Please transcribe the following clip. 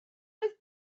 oedd